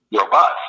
robust